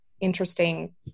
interesting